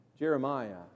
Jeremiah